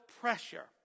pressure